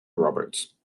roberts